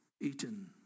eaten